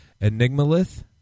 Enigma-Lith